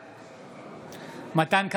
בעד מתן כהנא,